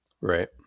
right